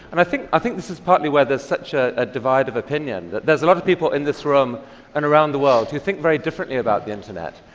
and i think i think this is partly where there is such a a divide of opinion, that there's a lot of people in this room and around the world who think very differently about the internet.